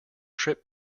trip